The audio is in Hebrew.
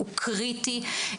הוא קריטי.